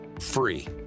free